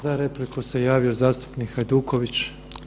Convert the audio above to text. Za repliku se javio zastupnik Hajduković.